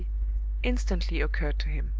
instantly occurred to him.